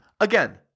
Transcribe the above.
Again